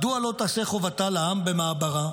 מדוע לא תעשה חובתה לעם במעברה?